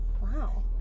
wow